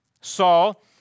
Saul